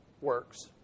works